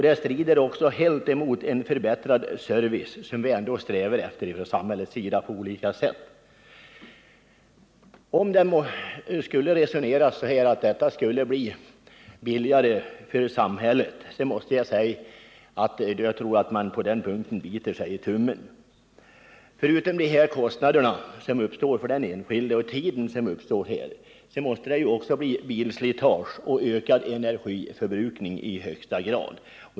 Det strider också helt mot en förbättrad service som vi alla från samhällets sida strävar efter på olika sätt. Om man skulle resonera så att detta skulle bli billigare för samhället, måste jag säga att jag tror att man biter sig i tummen. Förutom de kostnader och den tidsåtgång som uppstår för den enskilde innebär detta också bilslitage och ökad energiförbrukning.